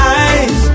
eyes